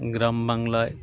গ্রাম বাংলায়